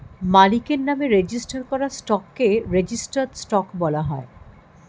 মালিকের নামে রেজিস্টার করা স্টককে রেজিস্টার্ড স্টক বলা হয়